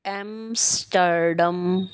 Amsterdam